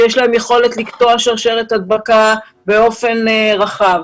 שיש להן יכולת לקטוע שרשרת הדבקה באופן רחב,